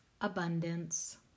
abundance